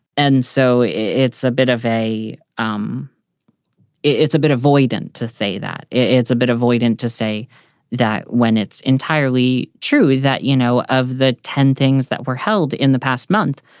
and so it's a bit of a um it's a bit avoidant to say that. it's a bit avoidant to say that when it's entirely true that, you know, of the ten things that were held in the past month.